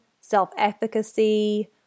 self-efficacy